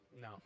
No